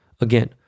again